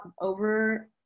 over